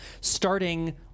Starting